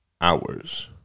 hours